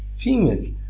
female